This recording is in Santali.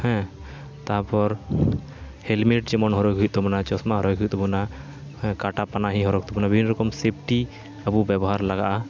ᱦᱮᱸ ᱛᱟᱯᱚᱨ ᱦᱮᱞᱢᱮᱴ ᱡᱮᱢᱚᱱ ᱦᱚᱨᱚᱜ ᱦᱩᱭᱩᱜ ᱛᱟᱵᱚᱱᱟ ᱪᱯᱥᱢᱟ ᱦᱚᱨᱚᱜ ᱦᱩᱭᱩᱜ ᱛᱟᱵᱚᱱᱟ ᱠᱟᱴᱟ ᱯᱟᱱᱟᱦᱤ ᱦᱚᱨᱚᱜ ᱦᱩᱭᱩᱜ ᱛᱟᱵᱚᱱᱟ ᱵᱤᱵᱷᱤᱱᱱᱚ ᱨᱚᱠᱚᱢ ᱥᱮᱯᱷᱴᱤ ᱟᱵᱚ ᱵᱮᱵᱚᱦᱟᱨ ᱞᱟᱜᱟᱼᱟ